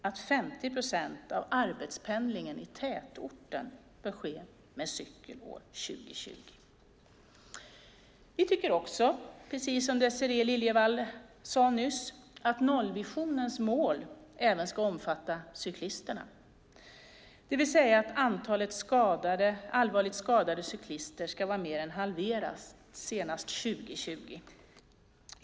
Att 50 procent av arbetspendlingen i tätorter bör ske med cykel år 2020. Vi tycker, precis som Desirée Liljevall sade nyss, att nollvisionens mål även ska omfatta cyklisterna, det vill säga att antalet allvarligt skadade cyklister ska vara mer än halverat senast 2020.